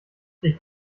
ich